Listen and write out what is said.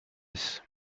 ist